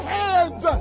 hands